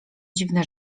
dziwne